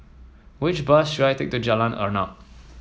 which bus should I take to Jalan Arnap